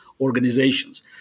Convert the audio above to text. organizations